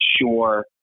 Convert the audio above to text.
sure